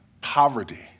Poverty